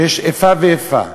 ויש איפה ואיפה.